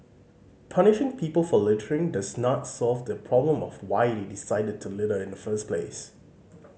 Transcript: punishing people for littering does not solve the problem of why they decided to litter in the first place